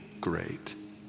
great